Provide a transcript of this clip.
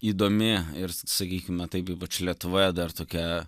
įdomi ir sakykime taip ypač lietuvoje dar tokia